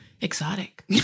exotic